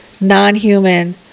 non-human